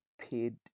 paid